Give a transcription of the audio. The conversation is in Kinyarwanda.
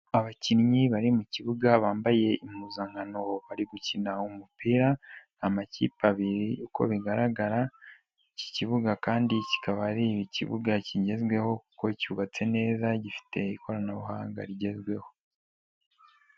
Abakinnyi bari mu kibuga bambaye impuzankano bari gukina umupira, amakipe abiri uko bigaragara, iki kibuga kandi kikaba ari ikibuga kigezweho kuko cyubatse neza gifite ikoranabuhanga rigezweho.